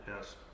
Yes